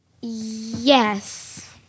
Yes